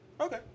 Okay